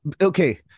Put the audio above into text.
Okay